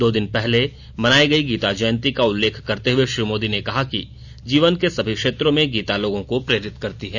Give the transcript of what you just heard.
दो दिन पहले मनाई गई गीता जयंती का उल्लेख करते हुए श्री मोदी ने कहा कि जीवन के सभी क्षेत्रों में गीता लोगों को प्रेरित करती है